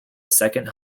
second